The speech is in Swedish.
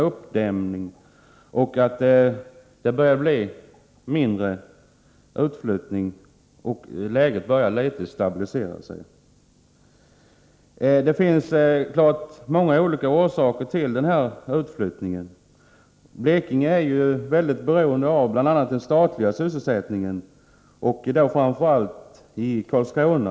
Utflyttningen har blivit mindre, och läget börjar stabilisera sig litet. Det finns naturligtvis många orsaker till denna utflyttning. Blekinge är bl.a. mycket beroende av den statliga sysselsättningen. Detta gäller framför allt Karlskrona.